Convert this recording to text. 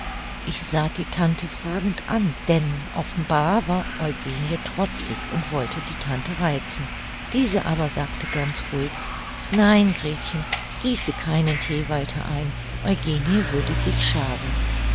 ich sah die tante fragend an denn offenbar war eugenie trotzig und wollte die tante reizen diese aber sagte ganz ruhig nein gretchen gieße keinen thee weiter ein eugenie würde sich schaden